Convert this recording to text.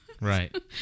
right